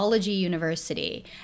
University